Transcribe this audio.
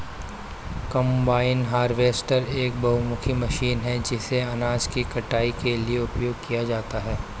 combine harvester एक बहुमुखी machine है जिसे अनाज की कटाई के लिए उपयोग किया जाता है